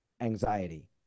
anxiety